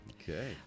okay